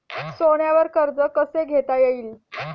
सोन्यावर कर्ज कसे घेता येईल?